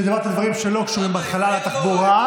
כשאמרת דברים שלא קשורים בהתחלה לתחבורה.